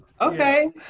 Okay